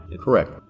Correct